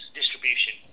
distribution